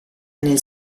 nel